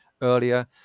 earlier